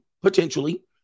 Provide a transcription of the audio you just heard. Potentially